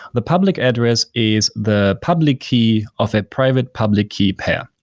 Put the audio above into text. the public address is the public key of a private public key pair.